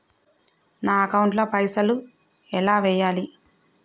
నా అకౌంట్ ల పైసల్ ఎలా వేయాలి?